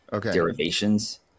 derivations